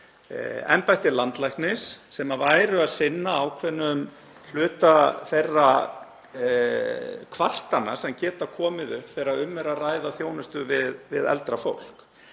embætti landlæknis sem væru að sinna ákveðnum hluta þeirra kvartana sem geta komið upp þegar um er að ræða þjónustu við eldra fólk.